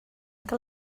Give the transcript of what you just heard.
que